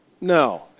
No